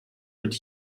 wird